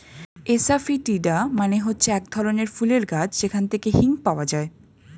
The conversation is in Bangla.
এসাফিটিডা মানে হচ্ছে এক ধরনের ফুলের গাছ যেখান থেকে হিং পাওয়া যায়